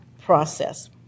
process